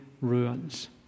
ruins